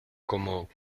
como